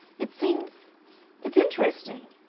it seems it's interesting.